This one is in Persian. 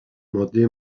ماده